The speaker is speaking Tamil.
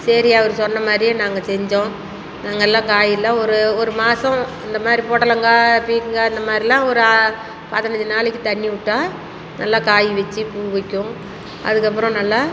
சரி அவர் சொன்ன மாதிரியே நாங்கள் செஞ்சோம் நாங்கள் எல்லாம் காய்லாம் ஒரு ஒரு மாதம் இந்தமாதிரி பொடலங்காய் பீக்கங்காய் இந்தமாதிரிலாம் ஒரு ஆ பதினஞ்சி நாளைக்கு தண்ணி விட்டா நல்லா காய் வச்சு பூ வைக்கும் அதுக்கப்புறம் நல்லா